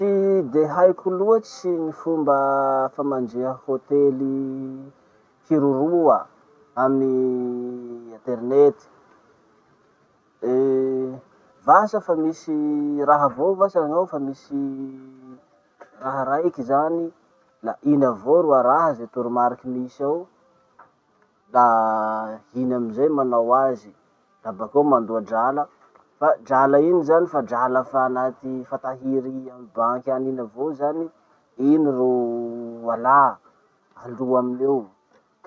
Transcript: Tsy de haiko loatsy ny fomba famandriha hotely hiroroa amy aternety. Vasa fa misy raha avao vasa gn'ao, fa misy raha raiky zany, la iny avao ro araha ze toromariky misy ao. La iny amizao manao azy, da bakeo mandoa drala. Fa drala iny zany fa drala fa anaty fa tahiry amy banky any iny avao zany, iny ro alà aloa aminy eo.